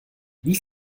wie